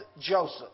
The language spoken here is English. Joseph